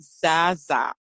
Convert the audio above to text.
Zaza